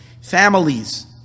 families